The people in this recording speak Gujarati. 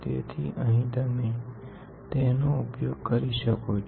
તેથીઅહીં તમે તેનો ઉપયોગ કરી શકો છો